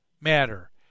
matter